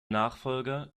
nachfolger